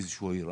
באיזו שהיא עיר.